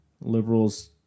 Liberals